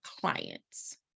clients